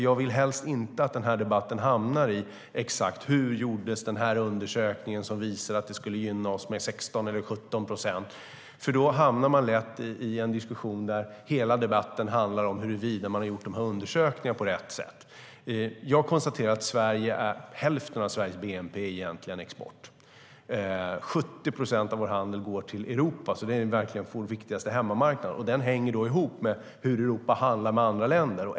Jag vill inte att debatten hamnar i hur en undersökning som visar att det skulle gynna oss med 16 eller 17 procent exakt gjordes, för då landar vi lätt i att hela debatten handlar om huruvida undersökningen gjordes på rätt sätt. Hälften av Sveriges bnp består av export. 70 procent av vår handel går till Europa, så det är vår viktigaste hemmamarknad. Det hänger ihop med hur Europa handlar med andra länder.